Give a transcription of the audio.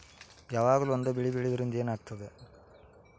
ಯಾವಾಗ್ಲೂ ಒಂದೇ ಬೆಳಿ ಬೆಳೆಯುವುದರಿಂದ ಏನ್ ಆಗ್ತದ?